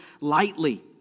lightly